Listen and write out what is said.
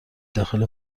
داخل